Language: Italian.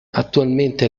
attualmente